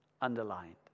Underlined